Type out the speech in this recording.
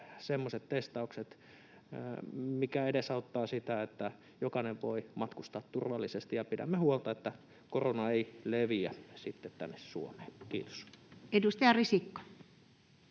semmoiset testaukset, mitkä edesauttavat sitä, että jokainen voi matkustaa turvallisesti, ja pidämme huolta, että korona ei leviä sitten tänne Suomeen. — Kiitos. Edustaja Risikko.